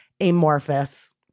amorphous